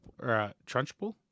Trunchbull